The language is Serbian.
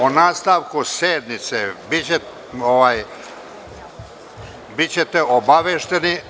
O nastavku sednice bićete obavešteni.